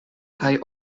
kaj